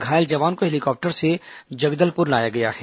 घायल जवान को हेलीकॉप्टर से जगदलपुर लाया गया है